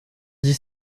dix